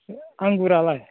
आंगुरालाय